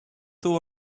two